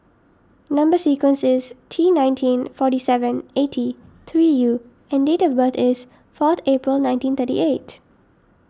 Number Sequence is T nineteen forty seven eighty three U and date of birth is fourth April nineteen thirty eight